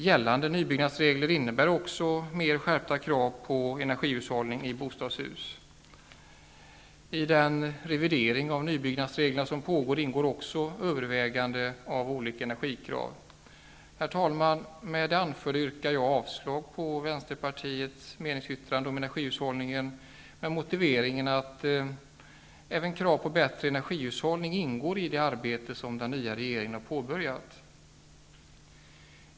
Gällande nybyggnadsregler innebär också skärpta krav på energihushållning i bostadshus. I den revidering av nybyggnadsreglerna som pågår ingår också övervägande av olika energikrav. Herr talman! Med det anförda yrkar jag avslag på Vänsterpartiets meningsyttring om energihushållning med motiveringen att även krav på bättre energihushållning ingår i det arbete som den nya regeringen har påbörjat.